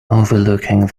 overlooking